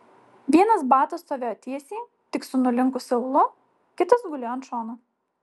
vienas batas stovėjo tiesiai tik su nulinkusiu aulu kitas gulėjo ant šono